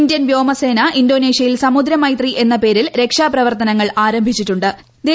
Indian വ്യോമസേന ഇന്തോനേഷ്യയിൽ സമുദ്രമൈത്രി എന്ന പേരിൽ രക്ഷാപ്രവർത്തനങ്ങൾ ആരംഭിച്ചിട്ടു ്